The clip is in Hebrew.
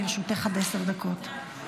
לרשותך עד עשר דקות.